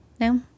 No